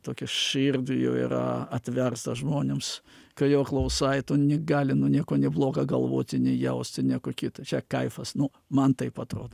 tokią širdį jau yra atversta žmonėms kai jo klausai tu nigali nu nieko neblogo galvoti nei jausti nieko kita čia kaifas nu man taip atrodo